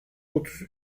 otuz